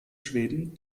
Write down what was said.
schweden